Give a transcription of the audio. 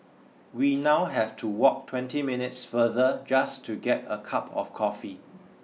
we now have to walk twenty minutes further just to get a cup of coffee